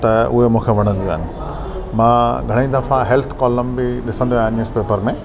त उहे मूंखे वणंदियूं आहिनि मां घणेई दफ़ा हेल्थ कॉलम बि ॾिसंदो आहियां न्यूसपेपर में